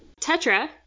Tetra